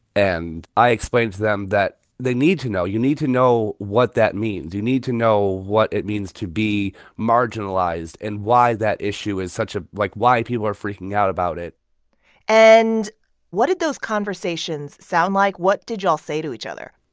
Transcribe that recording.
and i explained to them that they need to know. you need to know what that means. you need to know what it means to be marginalized and why that issue is such a like, why people are freaking out about it and what did those conversations sound like? what did y'all say to each other?